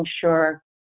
sure